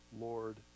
Lord